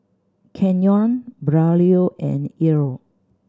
Kenyon Braulio and Ilo